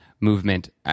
movement